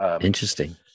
Interesting